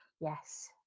yes